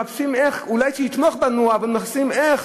מחפשים איך, אולי שיתמוך בהם, אבל מחפשים איך